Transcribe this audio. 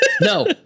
No